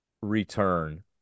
return